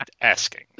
asking